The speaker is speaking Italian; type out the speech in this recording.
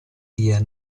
via